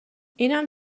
اینم